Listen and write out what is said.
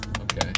Okay